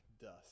dust